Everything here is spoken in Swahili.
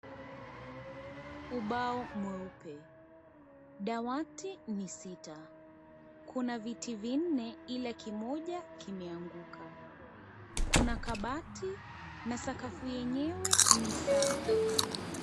Ubao mweupe, dawati ni sita, kuna viti vinne ila kimoja imeanguka kuna kabati na sakafu yenyewe ni safi.